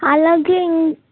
అలాగే